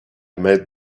made